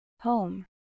Home